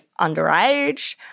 underage